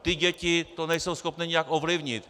Ty děti to nejsou schopny nijak ovlivnit.